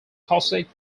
cossack